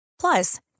Plus